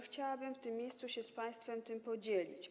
Chciałabym w tym miejscu się z państwem tym podzielić.